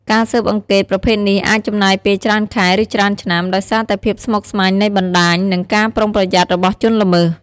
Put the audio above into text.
ការស៊ើបអង្កេតប្រភេទនេះអាចចំណាយពេលច្រើនខែ ឬច្រើនឆ្នាំ ដោយសារតែភាពស្មុគស្មាញនៃបណ្តាញ និងការប្រុងប្រយ័ត្នរបស់ជនល្មើស។